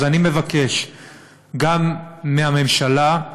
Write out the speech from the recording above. אז אני מבקש גם מהממשלה,